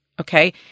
okay